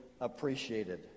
appreciated